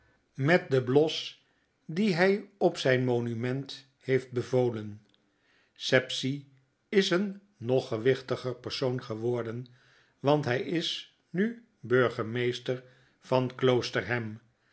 met den bios dien hy op zgn monument heeft bevolen sapsea is een nog gewichtiger persoon geworden want by is nu burgemeester van